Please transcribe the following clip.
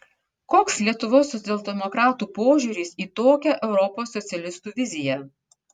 koks lietuvos socialdemokratų požiūris į tokią europos socialistų viziją